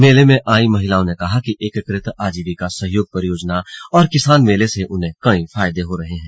मेले में आई महिलाओं ने कहा कि एकीकृत आजीविका सहयोग परियोजना और किसान मेले से उन्हें कई फायदे हो रहे हैं